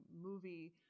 movie